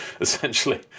essentially